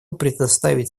предоставить